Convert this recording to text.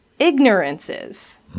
Ignorances